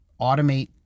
automate